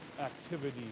activity